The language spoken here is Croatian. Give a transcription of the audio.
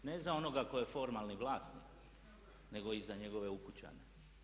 Ne za onoga koji je formalni vlasnik nego i za njegove ukućane.